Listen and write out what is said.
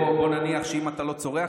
בוא נניח שאם אתה לא צורח,